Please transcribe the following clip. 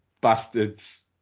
Bastards